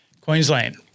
Queensland